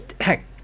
heck